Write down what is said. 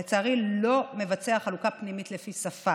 לצערי, לא מבצע חלוקה פנימית לפי שפה,